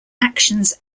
actions